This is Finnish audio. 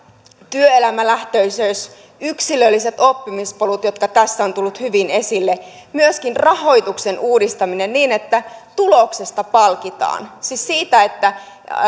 työelämälähtöisyys yksilölliset oppimispolut jotka tässä ovat tulleet hyvin esille myös rahoituksen uudistaminen niin että tuloksesta palkitaan siis siitä että ammatillisesta